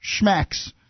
schmacks